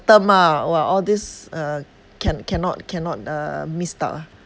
term ah !wah! all these uh can cannot cannot uh missed out ah